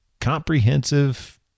comprehensive